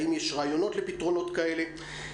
האם יש רעיונות לפתרונות כאלה?